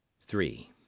three